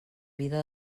vida